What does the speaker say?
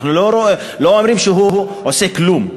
אנחנו לא אומרים שהוא לא עושה כלום,